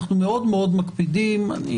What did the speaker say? אנחנו מאוד מקפידים על זה.